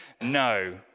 no